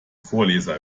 vorleser